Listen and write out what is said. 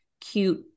cute